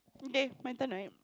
okay my turn right